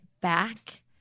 back